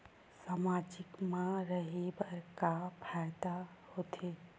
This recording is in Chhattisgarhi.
सामाजिक मा रहे बार का फ़ायदा होथे?